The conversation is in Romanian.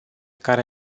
care